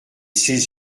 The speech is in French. ses